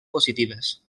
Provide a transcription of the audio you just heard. positives